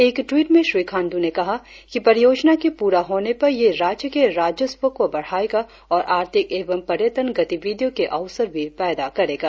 एक ट्वीट में श्री खांडू ने कहा कि परियोजना के पूरा होने पर यह राज्य के राजस्व को बढ़ाएगा और आर्थिक एवं पर्यटन गतिविधियों के अवसर भी पैदा करेगा